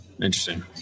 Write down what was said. Interesting